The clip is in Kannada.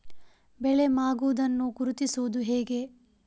ಬೆಳೆ ಮಾಗುವುದನ್ನು ಗುರುತಿಸುವುದು ಹೇಗೆ?